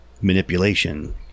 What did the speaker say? Manipulation